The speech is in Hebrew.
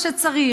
זה מה שצריך.